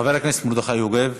חבר הכנסת מרדכי יוגב.